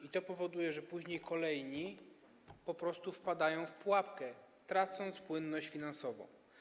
i to powoduje, że później kolejni po prostu wpadają w pułapkę, tracąc płynność finansową.